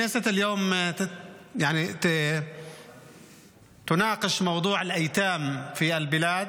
אדוני היושב-ראש, תודה רבה לך.